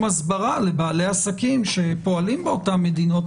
הסברה לבעלי העסקים שפועלים באותן המדינות,